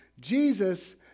Jesus